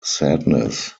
sadness